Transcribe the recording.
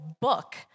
book